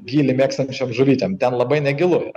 gylį mėgstančiom žuvytėm ten labai negiluyra